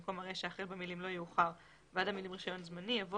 במקום הרישה החל במילים "לא יאוחר" ועד המילים "רישיון זמני" יבוא